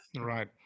right